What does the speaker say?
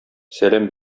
сәлам